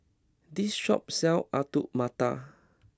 this shop sells Alu Matar